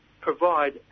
provide